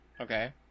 Okay